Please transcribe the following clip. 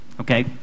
okay